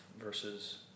versus